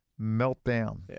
meltdown